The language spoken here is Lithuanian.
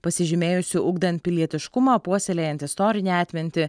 pasižymėjusių ugdant pilietiškumą puoselėjant istorinę atmintį